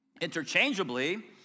interchangeably